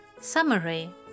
Summary